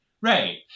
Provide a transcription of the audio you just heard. Right